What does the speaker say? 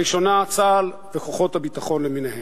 הראשונה, צה"ל וכוחות הביטחון למיניהם.